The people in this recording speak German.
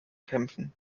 kämpfen